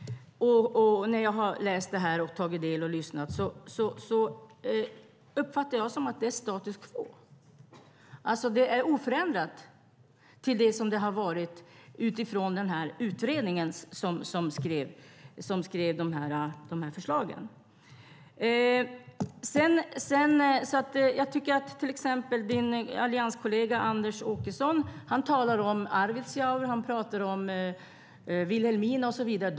När jag har läst det här och lyssnat har jag uppfattat det som att det är status quo, alltså att det är oförändrat i förhållande till det som det har varit utifrån utredningen, som kom med de förslagen. Till exempel Lars Tysklinds allianskollega Anders Åkesson talar om Arvidsjaur, Vilhelmina och så vidare.